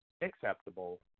acceptable